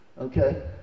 Okay